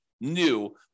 new